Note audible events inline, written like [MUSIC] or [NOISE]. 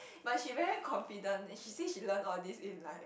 [BREATH] but she very confident and she say she learn all this in like